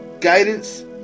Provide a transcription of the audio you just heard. guidance